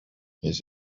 his